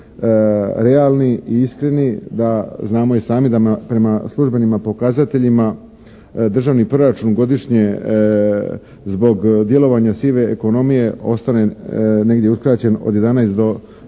realni i iskreni da znamo i sami da prema službenima pokazateljima državni proračun godišnje zbog djelovanja sive ekonomije ostane negdje uskraćen od 11 do 15